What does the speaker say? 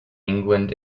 england